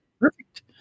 perfect